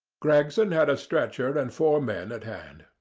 gregson had a stretcher and four men at hand.